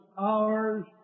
hours